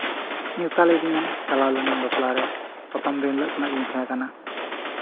ᱱᱮᱣᱛᱟ ᱞᱤᱫᱤᱧ ᱟᱭ ᱪᱟᱞᱟᱣ ᱞᱮᱱᱟᱹᱧ ᱵᱟᱯᱞᱟᱨᱮ ᱯᱨᱚᱛᱷᱚᱢ ᱫᱤᱱ ᱦᱤᱞᱳᱜ ᱠᱷᱚᱱᱟᱜ ᱜᱤᱧ ᱛᱟᱦᱮᱸ ᱠᱟᱱᱟ